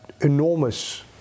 enormous